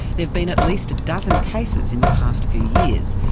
there've been at least a dozen cases in the past few years,